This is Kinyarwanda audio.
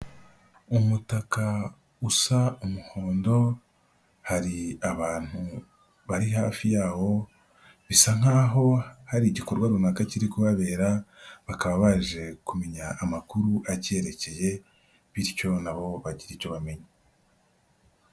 Umutaka usa umuhondo, hari abantu bari hafi yawo, bisa nk'aho hari igikorwa runaka kiri kuhabera, bakaba baje kumenya amakuru acyerekeye bityo nabo bagire icyo bamenya.